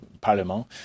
parlement